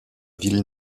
ville